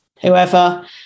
whoever